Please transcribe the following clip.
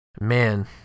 Man